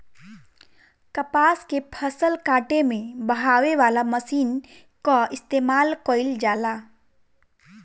कपास के फसल काटे में बहावे वाला मशीन कअ इस्तेमाल कइल जाला